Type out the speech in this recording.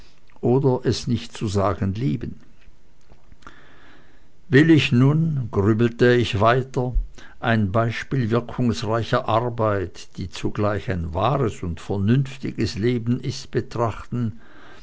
oder es nicht zu sagen lieben will ich nun grübelte ich weiter ein beispiel wirkungsreicher arbeit die zugleich ein wahres und vernünftiges leben ist betrachten